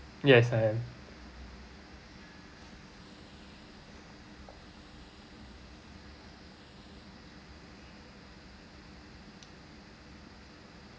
yes I am